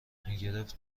میگرفت